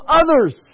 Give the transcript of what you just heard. others